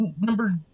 number